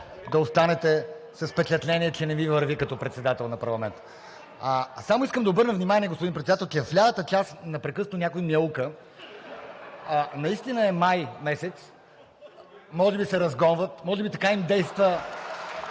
да останете с впечатление, че не Ви върви като председател на парламента. Само искам да обърна внимание, господин Председател, че в лявата част непрекъснато някой мяука. (Смях.) Настина е месец май, може би се разгонват, може би така им действа